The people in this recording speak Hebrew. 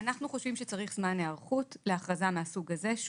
אנחנו חושבים שצריך זמן היערכות לאכרזה מהסוג הזה.